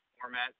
format